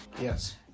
yes